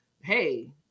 hey